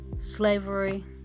slavery